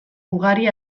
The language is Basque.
ugari